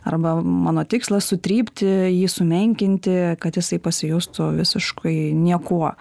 arba mano tikslas sutrypti jį sumenkinti kad jisai pasijustų visiškai niekuo